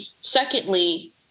secondly